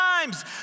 times